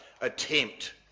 attempt